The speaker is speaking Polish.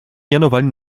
mianowali